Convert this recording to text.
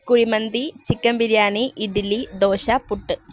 kuzhimanthi chicken biryani idli dosa puttu